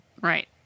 Right